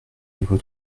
niveau